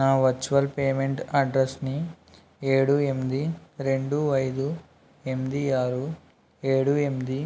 నా virtual payment అడ్రస్ని ఏడు ఎనిమిది రెండు అయిదు ఎనిమిది ఆరు ఏడు ఎనిమిది